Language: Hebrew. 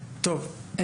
טוב.